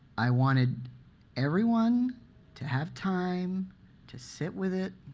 i wanted everyone to have time to sit with it,